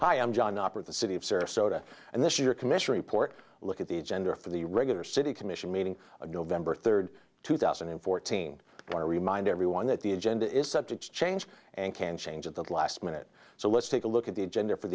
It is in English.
am john operate the city of sarasota and this year commission report look at the gender for the regular city commission meeting of november third two thousand and fourteen i want to remind everyone that the agenda is subject to change and can change at the last minute so let's take a look at the agenda for